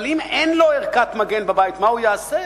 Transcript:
אבל אם אין לו ערכת מגן בבית, מה הוא יעשה?